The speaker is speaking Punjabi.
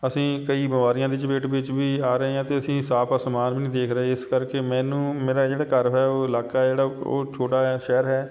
ਅਸੀਂ ਕਈ ਬਿਮਾਰੀਆਂ ਦੀ ਚਪੇਟ ਵਿੱਚ ਵੀ ਆ ਰਹੇ ਹਾਂ ਅਤੇ ਅਸੀਂ ਸਾਫ ਅਸਮਾਨ ਵੀ ਨਹੀਂ ਦੇਖ ਰਹੇ ਇਸ ਕਰਕੇ ਮੈਨੂੰ ਮੇਰਾ ਜਿਹੜਾ ਘਰ ਹੋਇਆ ਉਹ ਇਲਾਕਾ ਹੈ ਜਿਹੜਾ ਉਹ ਛੋਟਾ ਹੈ ਸ਼ਹਿਰ ਹੈ